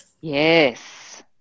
Yes